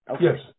Yes